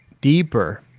deeper